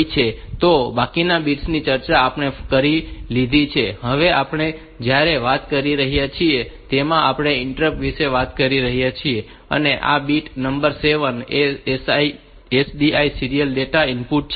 તો બાકીના બિટ્સ ની ચર્ચા આપણે કરી લીધી છે અને હવે આપણે જયારે વાત કરી રહ્યા છીએ તેમાં આપણે ઇન્ટરપ્ટ્સ વિશે વાત કરી રહ્યા છીએ અને આ બીટ નંબર 7 એ SDI સીરીયલ ડેટા ઇનપુટ છે